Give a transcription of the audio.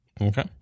Okay